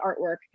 artwork